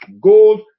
gold